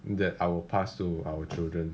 that I'll pass to our children